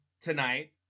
tonight